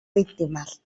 víctimas